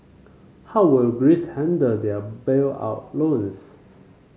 how will Greece handle their bailout loans